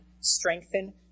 strengthen